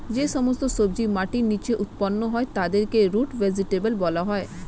যে সমস্ত সবজি মাটির নিচে উৎপন্ন হয় তাদেরকে রুট ভেজিটেবল বলা হয়